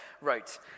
wrote